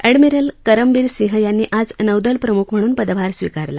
admiral Karambir Singh यांनी आज नौदल प्रमुख म्हणून पदभार स्विकारला